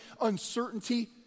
uncertainty